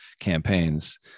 campaigns